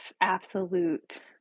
absolute